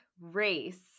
race